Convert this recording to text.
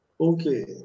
Okay